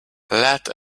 let